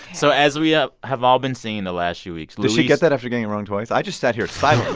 so as we ah have all been seeing the last few weeks, louis. does she get that after getting it wrong twice? i just sat here silently,